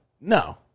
no